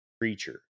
creature